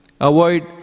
avoid